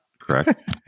correct